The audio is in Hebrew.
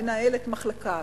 מנהלת מחלקה,